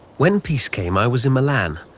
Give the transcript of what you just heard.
when peace came, i was in milan,